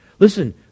Listen